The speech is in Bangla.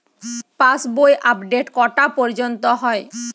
পাশ বই আপডেট কটা পর্যন্ত হয়?